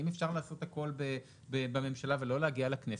אם אפשר לעשות הכל בממשלה ולא להגיע לכנסת,